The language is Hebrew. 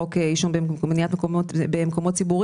בחוק איסור עישון במקומות ציבוריים,